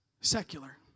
secular